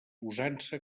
usança